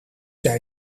jij